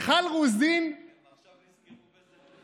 מיכל רוזין, הם עכשיו נזכרו בזה?